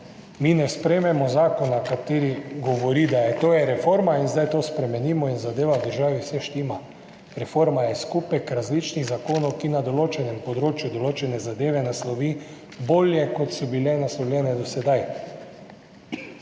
mi ne sprejmemo zakona, ki govori, da je to reforma in zdaj to spremenimo in zadeva v državi štima. Reforma je skupek različnih zakonov, ki na določenem področju določene zadeve naslovi bolje, kot so bile naslovljene do sedaj.